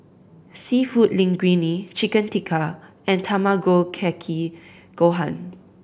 Seafood Linguine Chicken Tikka and Tamago Kake Gohan